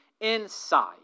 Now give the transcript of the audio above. inside